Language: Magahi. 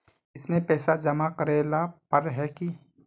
इसमें पैसा जमा करेला पर है की?